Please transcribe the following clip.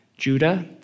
Judah